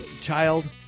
child